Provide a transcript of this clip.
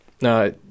no